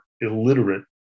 illiterate